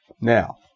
Now